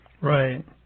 Right